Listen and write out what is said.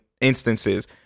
instances